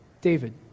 David